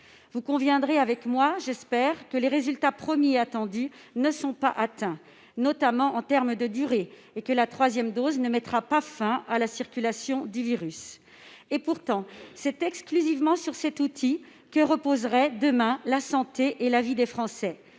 Vous conviendrez avec moi, je l'espère, que les résultats promis et attendus ne sont pas atteints, notamment en termes de durée, et que la troisième dose ne mettra pas fin à la circulation du virus. Et pourtant ! C'est exclusivement sur cet outil que reposeraient demain la santé et la vie des Français.